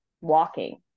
walking